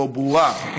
או ברורה: